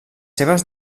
seves